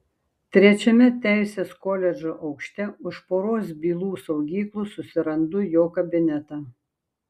trečiame teisės koledžo aukšte už poros bylų saugyklų susirandu jo kabinetą